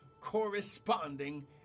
corresponding